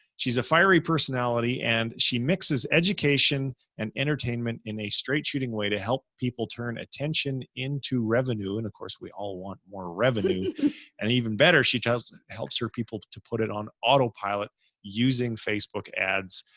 she's a fiery personality and she mixes education and entertainment in a straight shooting way to help people turn attention into revenue. and of course we all want more revenue and even better. she tells her, helps her people to put it on autopilot using facebook ads,